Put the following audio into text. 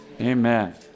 Amen